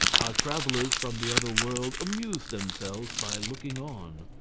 our travellers from the other world amused themselves by looking on.